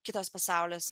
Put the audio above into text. kitas pasaulis